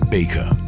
Baker